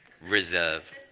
reserve